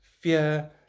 fear